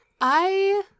I-